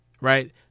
Right